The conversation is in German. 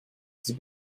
sie